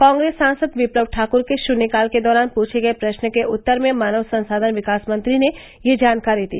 कांग्रेस सांसद विप्लव ठाकुर के शून्यकाल के दौरान पूछे गये प्रश्न के उत्तर में मानव संसाधन विकास मंत्री ने यह जानकारी दी